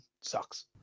sucks